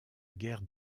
guerre